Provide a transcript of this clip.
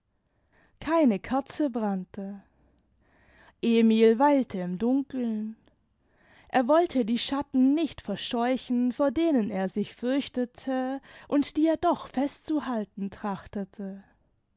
keine kerze brannte emil weilte im dunkeln er wollte die schatten nicht verscheuchen vor denen er sich fürchtete und die er doch festzuhalten